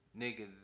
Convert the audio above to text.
nigga